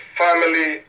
family